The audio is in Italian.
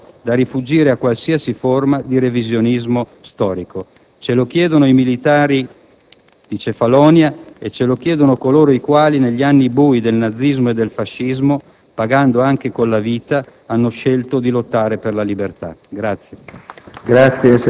in modo da rifuggire da qualsiasi forma di revisionismo storico. Ce lo chiedono i militari di Cefalonia e coloro i quali negli anni bui del nazismo e del fascismo, pagando anche con la vita, hanno scelto di lottare per la libertà.